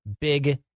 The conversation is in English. Big